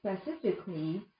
specifically